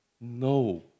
No